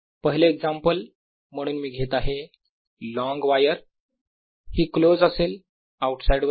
पहिले एक्झाम्पल म्हणून मी घेत आहे लॉन्ग वायर ही क्लोज असेल आउट साइड वर